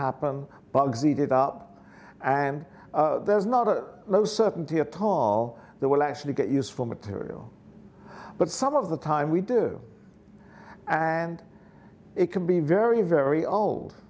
happen bugs eat it up and there's not a low certainty of tom that will actually get useful material but some of the time we do and it can be very very old